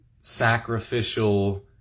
sacrificial